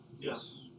Yes